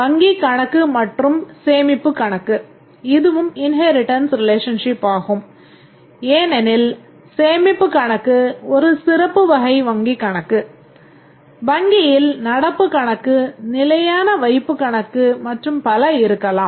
வங்கி கணக்கு மற்றும் சேமிப்புக் கணக்கு இதுவும் ஒரு இன்ஹேரிட்டன்ஸ் ரிலேஷன்ஷிப் ஆகும் ஏனெனில் சேமிப்புக் கணக்கு ஒரு சிறப்பு வகை வங்கி கணக்கு வங்கியில் நடப்புக் கணக்கு நிலையான வைப்பு கணக்கு மற்றும் பல இருக்கலாம்